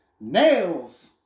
nails